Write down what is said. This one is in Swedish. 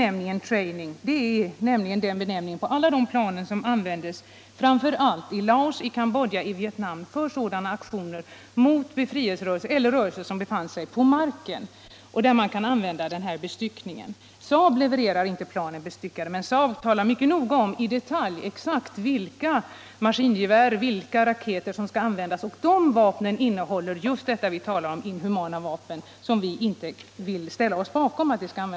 Det är också den internationella benämningen på alla de plan som används framför allt i Laos, Cambodja och Vietnam för aktioner mot befrielserörelser eller fiende som befinner sig på marken. Dessa plan kan bestyckas på nämnda sätt. SAAB levererar inte planen bestyckade, men SAAB talar mycket noga om —-i detalj, exakt — vilka maskingevär och vilka raketer som skall användas. Och bland de vapnen finns just sådana som vi talar om, inhumana vapen vilkas användning vi inte vill ställa oss bakom.